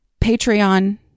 Patreon